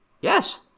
Yes